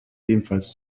ebenfalls